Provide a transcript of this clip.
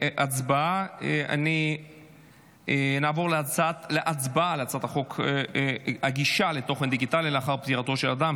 להצבעה על הצעת חוק הגישה לתוכן דיגיטלי לאחר פטירתו של אדם,